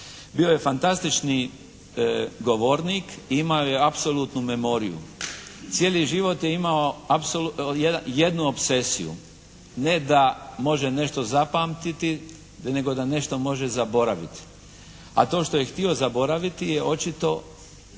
Bio je fantastični govornik, imao je apsolutnu memoriju. Cijeli život je imao jedno opsesiju, ne da može nešto zapamtiti nego da nešto može zaboraviti. A to što je htio zaboraviti je očito